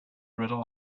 riddle